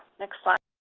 next slide.